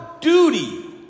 duty